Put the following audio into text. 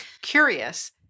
curious